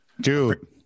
Dude